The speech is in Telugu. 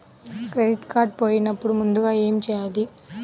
క్రెడిట్ కార్డ్ పోయినపుడు ముందుగా ఏమి చేయాలి?